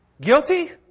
Guilty